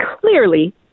clearly